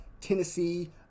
Tennessee